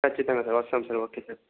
ఖచ్చితంగా సార్ వస్తాం sir okay sir